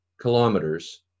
kilometers